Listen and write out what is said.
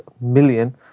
million